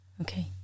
Okay